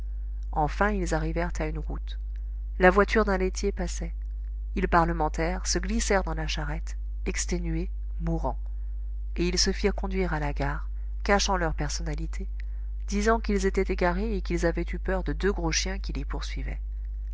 enfin ils arrivèrent à une route la voiture d'un laitier passait ils parlementèrent se glissèrent dans la charrette exténués mourants et ils se firent conduire à la gare cachant leur personnalité disant qu'ils étaient égarés et qu'ils avaient eu peur de deux gros chiens qui les poursuivaient